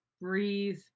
breathe